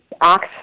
act